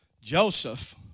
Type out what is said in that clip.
Joseph